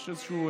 יש איזשהו,